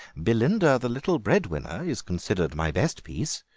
belinda, the little breadwinner is considered my best piece,